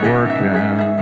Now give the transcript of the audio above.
Working